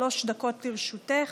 שלוש דקות לרשותך.